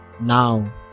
now